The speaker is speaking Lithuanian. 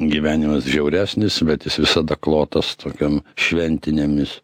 gyvenimas žiauresnis bet jis visada klotas tokiom šventinėmis